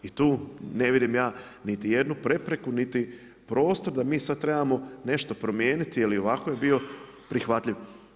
I tu ne vidim ja niti jednu prepreku niti prostor da mi sad mi trebamo nešto promijeniti, jer ovako je bio prihvatljiv.